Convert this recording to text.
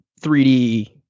3D